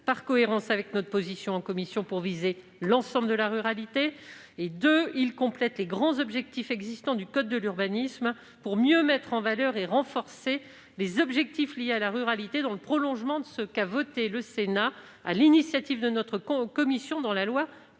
par cohérence avec notre position en commission et à viser l'ensemble de la ruralité. Deuxièmement, il tend à compléter les grands objectifs figurant déjà dans le code de l'urbanisme afin de mieux mettre en valeur et de renforcer les objectifs liés à la ruralité, dans le prolongement de ce qu'a voté le Sénat, sur l'initiative de notre commission, dans la loi